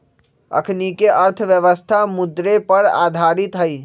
अखनीके अर्थव्यवस्था मुद्रे पर आधारित हइ